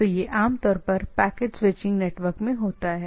तो ये आमतौर पर पैकेट स्विचिंग नेटवर्क के मामले में होते हैं